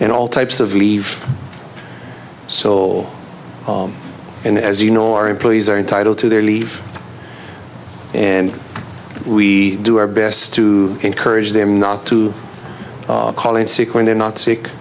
and all types of leave soul and as you know our employees are entitled to their leave and we do our best to encourage them not to call in sick when they're not sick